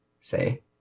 say